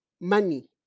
money